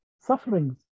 sufferings